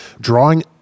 drawing